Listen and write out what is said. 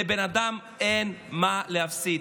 לבן אדם אין מה להפסיד.